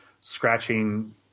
scratching